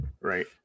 right